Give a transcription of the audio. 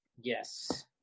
yes